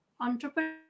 Entrepreneur